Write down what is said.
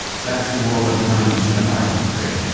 that's the world i'm trying to incentivize and create.